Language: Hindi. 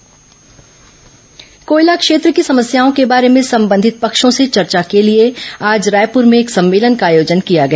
कोयला सम्मेलन कोयला क्षेत्र की समस्याओं के बारे में संबंधित पक्षों से चर्चा करने के लिए आज रायपुर भें एक सम्मेलन का आयोजन किया गया